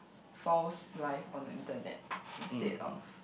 false life on the internet instead of